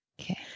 Okay